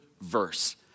verse